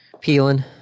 Peeling